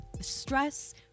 stress